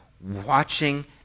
watching